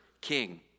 king